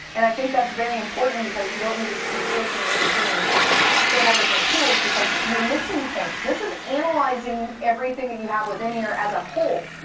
and i think that's very important because you don't need to be switching in between several different tools, because you're missing points. this is analyzing everything that you have within here, as a whole.